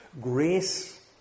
Grace